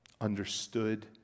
Understood